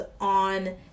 on